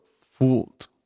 fooled